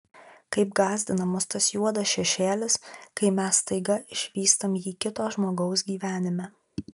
kaip gąsdina mus tas juodas šešėlis kai mes staiga išvystam jį kito žmogaus gyvenime